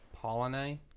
Polanyi